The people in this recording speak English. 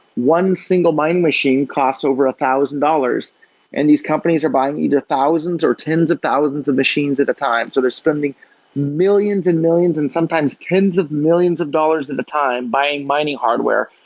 one single mine machine costs over a one thousand dollars and these companies are buying either thousands or tens of thousands of machines at a time. so they're spending millions and millions and sometimes tens of millions of dollars at a time buying mining hardware,